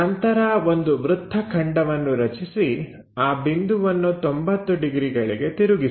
ನಂತರ ಒಂದು ವೃತ್ತ ಖಂಡವನ್ನು ರಚಿಸಿ ಆ ಬಿಂದುವನ್ನು 90 ಡಿಗ್ರಿಗಳಿಗೆ ತಿರುಗಿಸಿ